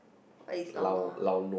what is lao nua